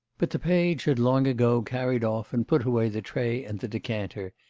but the page had long ago carried off and put away the tray and the decanter,